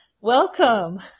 Welcome